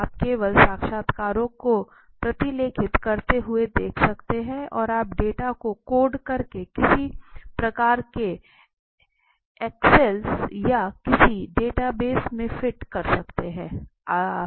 आप केवल साक्षात्कारों को प्रतिलेखित करते हुए देख सकते हैं और आप डेटा को कोड करके किसी प्रकार के एक्सेल या किसी डेटाबेस में फिट कर सकते हैं